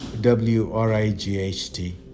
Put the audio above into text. W-R-I-G-H-T